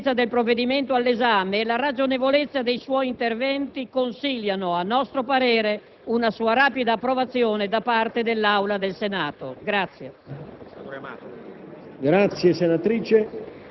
Signor Presidente, l'urgenza del provvedimento all'esame e la ragionevolezza dei suoi interventi consigliano - a nostro parere - una sua rapida approvazione da parte dell'Aula del Senato.